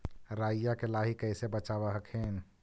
राईया के लाहि कैसे बचाब हखिन?